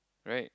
right